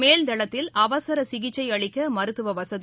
மேல் தளத்தில் அவசர சிகிச்சை அளிக்க மருத்துவ வசதி